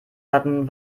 hatten